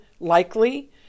likely